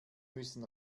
müssen